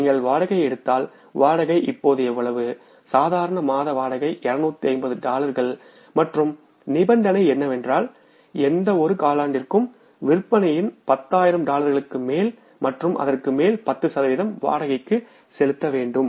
நீங்கள் வாடகையை எடுத்தால் வாடகை இப்போது எவ்வளவு சாதாரண மாத வாடகை 250 டாலர்கள் மற்றும் நிபந்தனை என்னவென்றால் எந்தவொரு காலாண்டிற்கும் விற்பனையின் 10000 டாலர்களுக்கு மேல் மற்றும் அதற்கு மேல் 10 சதவிகிதம் வாடகைக்கு செலுத்தப்பட வேண்டும்